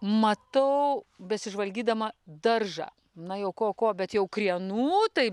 matau besižvalgydama daržą na jau ko ko bet jau krienų tai